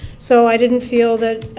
so, i didn't feel that